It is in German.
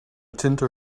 tinte